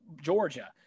Georgia